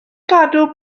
gadw